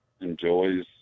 enjoys